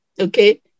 Okay